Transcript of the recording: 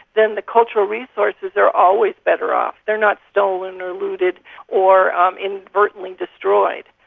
then the cultural resources are always better off. they are not stolen or looted or inadvertently destroyed.